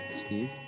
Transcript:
Steve